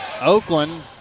Oakland